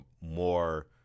more